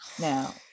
Now